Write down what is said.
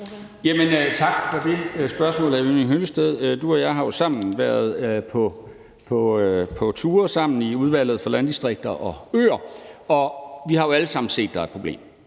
for spørgsmålet. Du og jeg har jo sammen været på ture med Udvalget for Landdistrikter og Øer, og vi har alle sammen set, at der er et problem.